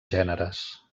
gèneres